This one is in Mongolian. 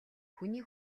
хүний